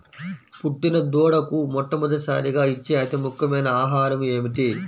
పుట్టిన దూడకు మొట్టమొదటిసారిగా ఇచ్చే అతి ముఖ్యమైన ఆహారము ఏంటి?